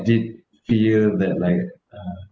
did fear that like uh